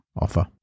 offer